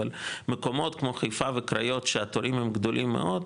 אבל מקומות כמו חיפה וקריות שהתורים הם גדולים מאוד,